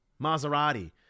Maserati